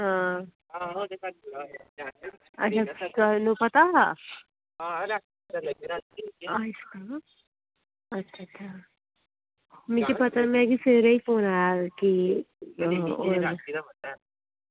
अं अच्छा थुहानू पता हा अच्छा में सबेरै ई सुनेआ कि ओह्